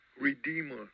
redeemer